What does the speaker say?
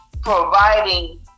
providing